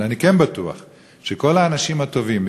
אבל אני כן בטוח שכל האנשים הטובים,